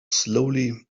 slowly